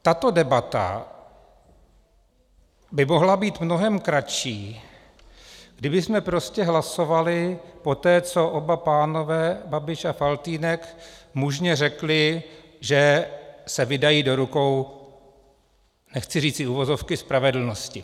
Tato debata by mohla být mnohem kratší, kdybychom prostě hlasovali poté, co oba pánové Babiš a Faltýnek mužně řekli, že se vydají do rukou, nechci říci uvozovky, spravedlnosti.